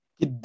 Que